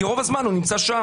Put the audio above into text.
כי רוב הזמן הוא נמצא שם.